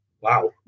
Wow